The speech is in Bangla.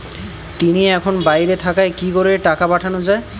তিনি এখন বাইরে থাকায় কি করে টাকা পাঠানো য়ায়?